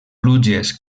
pluges